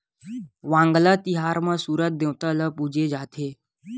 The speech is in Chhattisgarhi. वांगला तिहार म सूरज देवता ल पूजे जाथे